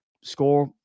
score